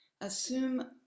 assume